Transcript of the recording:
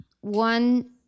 One